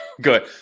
good